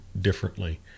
differently